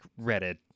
Reddit